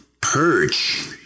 purge